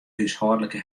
húshâldlike